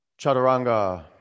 Chaturanga